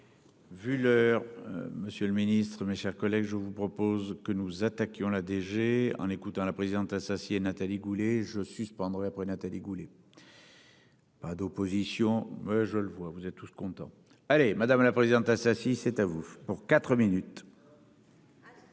vu leur monsieur le Ministre, mes chers collègues, je vous propose que nous attaquions la DG en écoutant la présidente associée Nathalie Goulet je suspendrai après Nathalie Goulet. Pas d'opposition, je le vois, vous êtes tous contents allez madame la présidente, ça si c'est à vous pour quatre minutes.